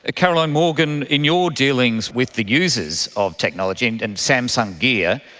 ah caroline morgan, in your dealings with the users of technology, and and samsung gear,